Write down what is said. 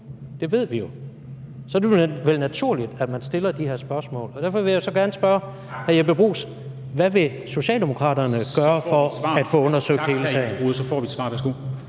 Det ved vi jo. Så nu er det vel naturligt, at man stiller de her spørgsmål, og derfor vil jeg jo så gerne spørge hr. Jeppe Bruus: Hvad vil Socialdemokraterne gøre for at få undersøgt hele sagen? Kl. 14:03 Formanden